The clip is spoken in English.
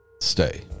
stay